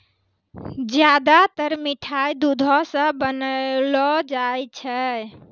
ज्यादातर मिठाय दुधो सॅ बनौलो जाय छै